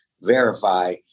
verify